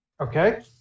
Okay